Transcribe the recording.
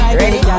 ready